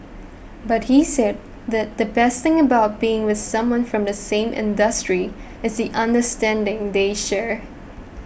but he said that the best thing about being with someone from the same industry is the understanding they share